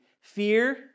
Fear